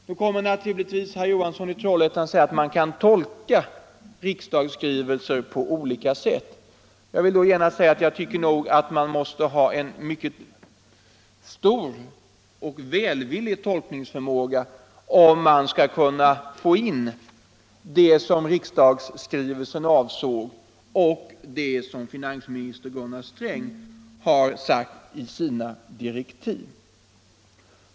Nu kommer naturligtvis herr Johansson i Trollhättan att säga att man kan tolka riksdagsskrivelser på olika sätt. Jag vill då genast säga att jag tycker att man måste ha mycket stor förmåga att göra en välvillig tolkning om man skall kunna få in det som riksdagsskrivelsen avsåg i det som finansminister Gunnar Sträng har skrivit i sina direktiv.